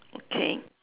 okay